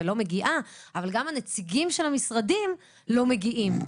אבל גם הנציגים של המשרדים לא מגיעים.